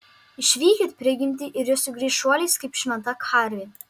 išvykit prigimtį ir ji sugrįš šuoliais kaip šventa karvė